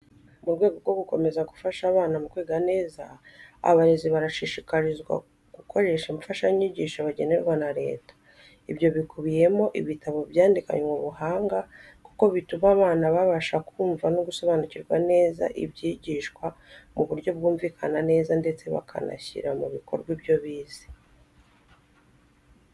Mu rwego rwo gukomeza gufasha abana mu kwiga neza, abarezi barashishikarizwa gukoresha imfashanyigisho bagenerwa na leta. Ibyo bikubiyemo ibitabo byandikanwe ubuhanga kuko bituma abana babasha kumva no gusobanukirwa neza ibyigishwa mu buryo bwumvikana neza ndetse bakanashyira mu bikorwa ibyo bize.